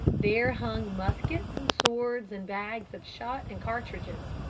there hung muskets and swords and bags of shot and cartridges.